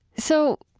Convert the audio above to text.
so,